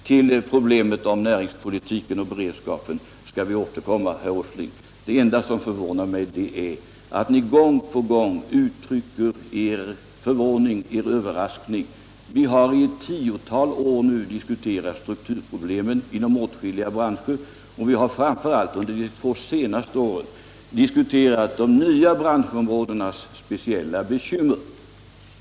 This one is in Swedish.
Till problemet om näringspolitiken och beredskapen skall vi återkomma, herr Åsling. Det enda som förvånar mig är att ni gång på gång uttrycker er överraskning. Vi har nu i ett tiotal år diskuterat strukturproblemen inom åtskilliga branscher, och vi har framför allt under de två senaste åren diskuterat de nya branschområdenas speciella bekymmer.